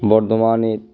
বর্ধমানে